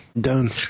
done